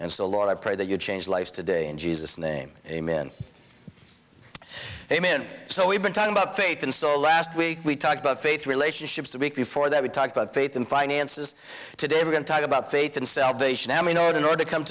and so long i pray that you change life today in jesus name amen amen so we've been talking about faith and so last week we talked about faith relationships the week before that we talked about faith and finances today we're going to talk about faith and salvation army not in order to come